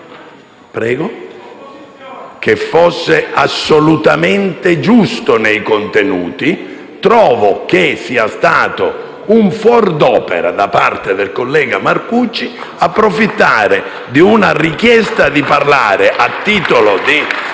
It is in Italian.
darsi che fosse assolutamente giusto nei contenuti, ma trovo che sia stato un fuor d'opera da parte del collega Marcucci approfittare di una richiesta di intervenire sull'ordine